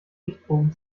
lichtbogen